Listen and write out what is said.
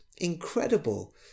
incredible